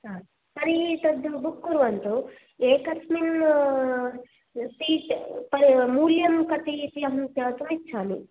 हा तर्हि तद् बुक् कुर्वन्तु एकस्मिन् सीट् मूल्यं कति इति अहं ज्ञातुम् इच्छामि